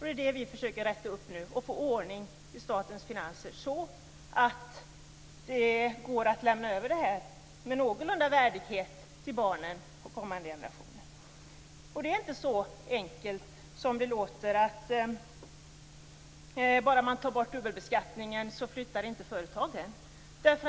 Det är det vi försöker rätta upp nu. Vi försöker få ordning i statens finanser så att det går att lämna över med någorlunda värdighet till barnen och kommande generationer. Det är inte så enkelt som det låter när man säger att företagen inte flyttar bara man tar bort dubbelbeskattningen.